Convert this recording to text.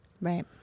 Right